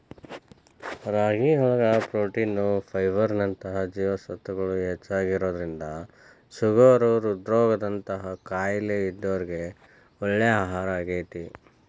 ರಾಗಿಯೊಳಗ protein, fibre ನಂತ ಜೇವಸತ್ವಗಳು ಹೆಚ್ಚಾಗಿರೋದ್ರಿಂದ ಶುಗರ್, ಹೃದ್ರೋಗ ದಂತ ಕಾಯಲೇ ಇದ್ದೋರಿಗೆ ಒಳ್ಳೆ ಆಹಾರಾಗೇತಿ